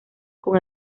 con